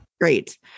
great